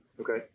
Okay